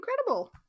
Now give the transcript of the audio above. incredible